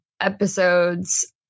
episodes